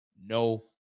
No